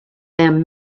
them